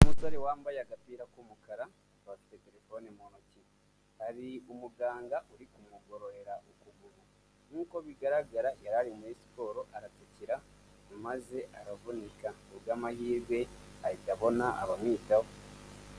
Umusore wambaye agapira k'umukara akaba afite telefoni mu ntoki, hari umuganga uri kumugororera ukuguru nk'uko bigaragara yari ari muri siporo aratikira maze aravunika ku bw'amahirwe ahita abona abamwitaho.